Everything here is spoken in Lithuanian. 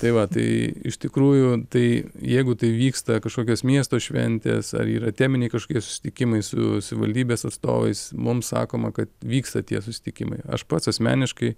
tai va tai iš tikrųjų tai jeigu tai vyksta kažkokios miesto šventės ar yra teminiai kažkokie susitikimai su savivaldybės atstovais mums sakoma kad vyksta tie susitikimai aš pats asmeniškai